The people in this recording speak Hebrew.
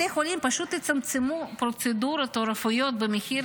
בתי חולים פשוט יצמצמו פרוצדורות רפואיות במחיר